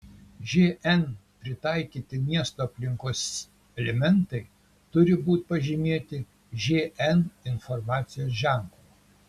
žn pritaikyti miesto aplinkos elementai turi būti pažymėti žn informacijos ženklu